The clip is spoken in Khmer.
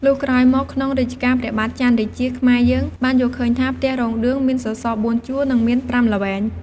លុះក្រោយមក ក្នុងរជ្ជកាលព្រះបាទចន្ទរាជា ខ្មែរយើងបានយល់ឃើញថាផ្ទះរោងឌឿងមានសសរ៤ជួរ និងមាន៥ល្វែង។